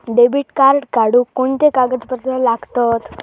Debit card काढुक कोणते कागदपत्र लागतत?